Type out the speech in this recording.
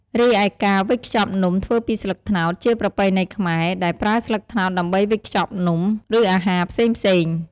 រីឯការវេចខ្ចប់នំធ្វើពីស្លឹកត្នោត ជាប្រពៃណីខ្មែរ ដែលប្រើស្លឹកត្នោតដើម្បីវេចខ្ចប់នំ ឬអាហារផ្សេងៗ។